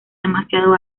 demasiado